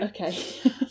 okay